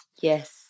Yes